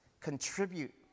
Contribute